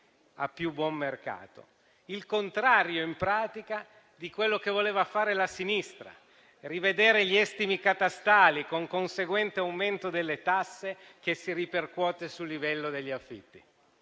Il contrario in pratica di quello che voleva fare la sinistra, rivedendo gli estimi catastali con il conseguente aumento delle tasse che si ripercuote sul livello degli affitti.